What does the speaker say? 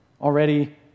already